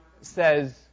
says